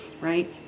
right